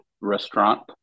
restaurant